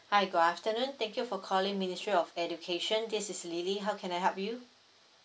hi good afternoon thank you for calling ministry of education this is lily how can I help you